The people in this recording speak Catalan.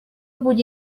vull